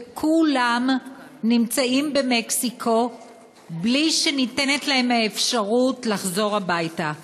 וכולם נמצאים במקסיקו בלי שניתנת להם האפשרות לחזור הביתה.